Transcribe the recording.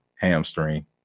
hamstring